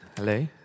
Hello